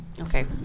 Okay